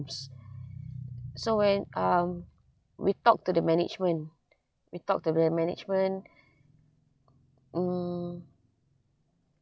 so when um we talk to the management we talk to the management hmm